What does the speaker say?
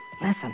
Listen